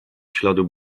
śladu